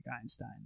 Einstein